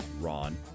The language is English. Ron